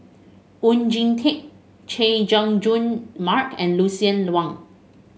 Oon Jin Teik Chay Jung Jun Mark and Lucien Wang